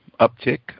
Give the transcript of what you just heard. uptick